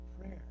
prayer